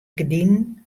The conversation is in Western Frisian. gerdinen